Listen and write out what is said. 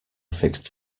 fixed